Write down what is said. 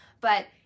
but-